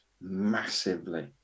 massively